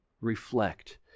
reflect